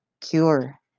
cure